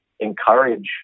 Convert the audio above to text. encourage